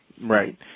right